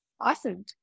Awesome